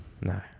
No